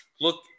look